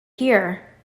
here